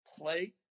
play